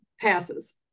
passes